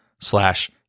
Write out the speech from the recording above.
slash